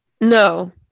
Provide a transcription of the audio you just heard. No